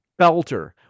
belter